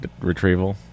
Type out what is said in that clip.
retrieval